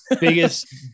Biggest